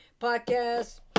podcast